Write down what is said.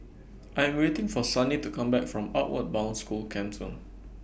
I Am waiting For Sunny to Come Back from Outward Bound School Camp two